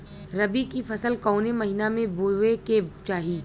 रबी की फसल कौने महिना में बोवे के चाही?